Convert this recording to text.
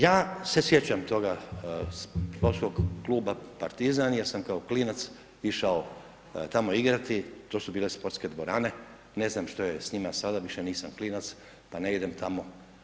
Ja se sjeća toga sportskog kluba Partizan jer sam kao klinac išao tamo igrati, to su bile sportske dvorane, ne znam što je sa njima sada više nisam klinac pa ne idem tamo.